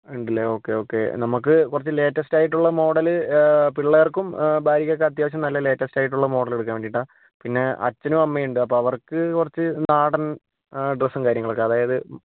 ഉണ്ട് അല്ലേ okay okay നമുക്ക് കുറച്ച് ലേറ്റസ്റ്റ് ആയിട്ടുള്ള മോഡല് പിള്ളേര്ക്കും ഭാര്യയ്ക്കൊക്കെ അത്യാവശ്യം നല്ല ലേറ്റസ്റ്റ് ആയിട്ടുള്ള മോഡല് എടുക്കാൻ വേണ്ടിയിട്ടാണ് പിന്നെ അച്ഛനും അമ്മയും ഉണ്ട് അപ്പോൾ അവര്ക്ക് കുറച്ച് നാടന് ഡ്രെസ്സും കാര്യങ്ങളൊക്കെ അതായത്